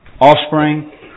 offspring